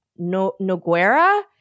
Noguera